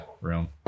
room